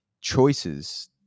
choices